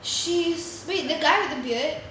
she's wait the guy with the beard